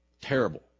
terrible